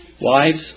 Wives